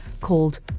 called